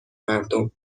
مردم